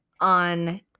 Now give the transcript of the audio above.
on